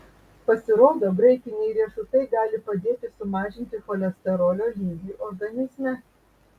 pasirodo graikiniai riešutai gali padėti sumažinti cholesterolio lygį organizme